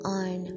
on